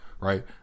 right